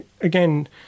Again